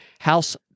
House